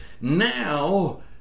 now